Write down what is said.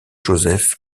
joseph